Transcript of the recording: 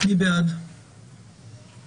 מי בעד אישור התקנות?